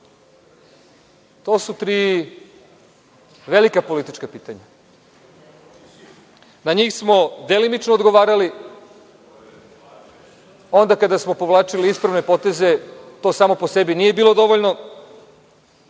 to su tri velika politička pitanja. Na njih smo delimično odgovarali onda kada smo povlačili ispravne poteze. To samo po sebi nije bilo dovoljno,